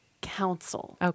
council